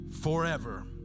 forever